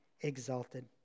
exalted